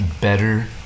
better